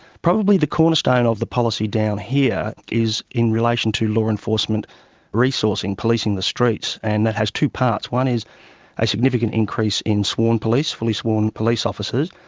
probably the cornerstone of the policy down here is in relation to law enforcement resourcing, policing the streets, and that has two parts. one is a significant increase in sworn police, fully-sworn police officers,